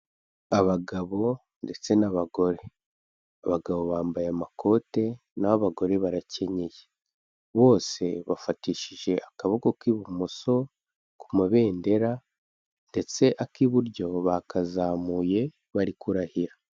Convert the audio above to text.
Abagabo ndetse n'abagore abagabo bambaye amakote na ho abagore barakenyeye, bose bafatishije akaboko k'ibumoso ku mabendera ndetse ak'iburyo bakazamuye bari kurahira.